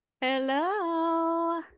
Hello